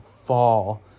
fall